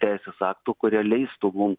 teisės aktų kurie leistų mum